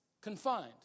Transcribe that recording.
confined